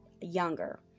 younger